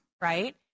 right